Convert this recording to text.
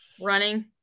running